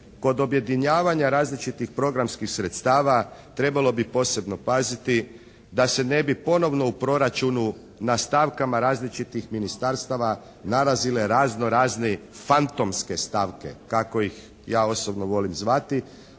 kod objedinjavanja različitih programskih sredstava trebalo bi posebno paziti da se ne bi ponovno u proračunu na stavkama različitih ministarstava nalazile razno razne fantomske stavke, kako ih ja osobno volim zvati,